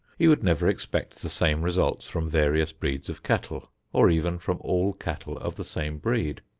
he would never expect the same results from various breeds of cattle or even from all cattle of the same breed.